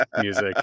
music